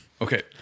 Okay